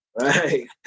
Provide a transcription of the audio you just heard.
Right